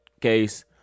case